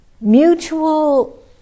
mutual